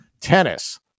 tennis